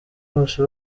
bose